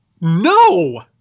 No